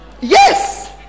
Yes